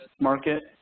market